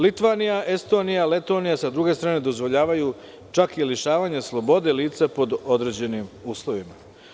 Litvanija, Estonija i Letonija s druge strane dozvoljavaju čak i lišavanje slobode lica pod određenim uslovima.